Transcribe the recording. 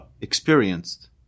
experienced